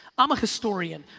i'm a historian.